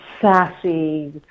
sassy